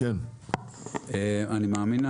אני מאמין,